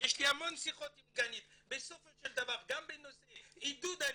ויש לי המון שיחות איתה גם בנושא עידוד עליה,